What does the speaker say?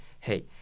hey